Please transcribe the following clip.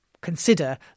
consider